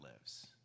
lives